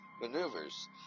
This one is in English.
maneuvers